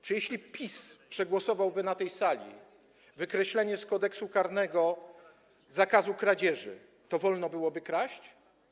Czy jeśli PiS przegłosowałby na tej sali wykreślenie z Kodeksu karnego zakazu kradzieży, to wolno byłoby kraść?